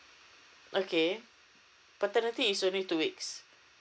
okay paternity is only two weeks